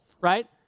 right